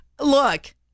Look